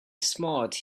smart